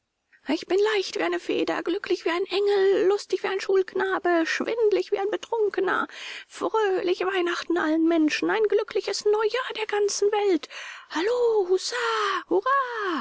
ich bin leicht wie eine feder glücklich wie ein engel lustig wie ein schulknabe schwindlich wie ein betrunkener fröhliche weihnachten allen menschen ein glückliches neujahr der ganzen welt hallo